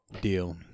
deal